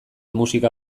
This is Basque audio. musika